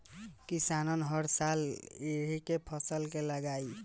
किसान हर साल एके फसल के लगायी त ओह माटी से पोषक तत्व ख़तम हो जाई